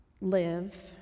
live